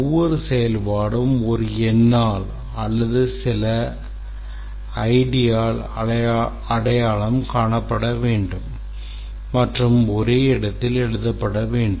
ஒவ்வொரு செயல்பாடும் ஒரு எண்ணால் அல்லது சில ஐடியால் அடையாளம் காணப்பட வேண்டும் மற்றும் ஒரே இடத்தில் எழுதப்பட வேண்டும்